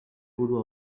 burua